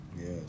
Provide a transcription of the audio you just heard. Yes